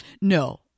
no